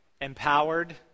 empowered